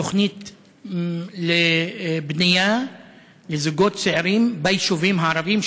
תוכנית לבנייה לזוגות צעירים ביישובים הערביים?